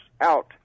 out